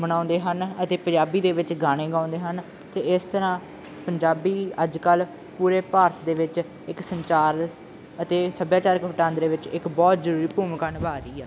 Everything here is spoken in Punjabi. ਮਨਾਉਂਦੇ ਹਨ ਅਤੇ ਪੰਜਾਬੀ ਦੇ ਵਿੱਚ ਗਾਣੇ ਗਾਉਂਦੇ ਹਨ ਅਤੇ ਇਸ ਤਰ੍ਹਾਂ ਪੰਜਾਬੀ ਅੱਜ ਕੱਲ੍ਹ ਪੂਰੇ ਭਾਰਤ ਦੇ ਵਿੱਚ ਇੱਕ ਸੰਚਾਰ ਅਤੇ ਸੱਭਿਆਚਾਰਕ ਵਟਾਂਦਰੇ ਵਿੱਚ ਇੱਕ ਬਹੁਤ ਜ਼ਰੂਰੀ ਭੂਮਿਕਾ ਨਿਭਾਅ ਰਹੀ ਆ